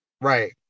Right